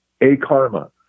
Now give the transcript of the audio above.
A-Karma